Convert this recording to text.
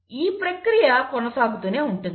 ఈ ప్రక్రియ కొనసాగుతూనే ఉంటుంది